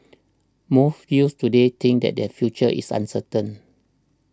most youths today think that their future is uncertain